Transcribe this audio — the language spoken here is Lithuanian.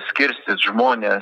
skirstyt žmones